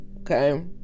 okay